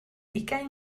ugain